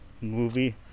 movie